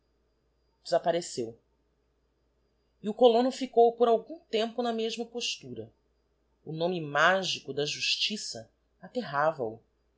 desappareceu e o colono íicou por algum tempo na mesma postura o nome magico da justiça aterrava o na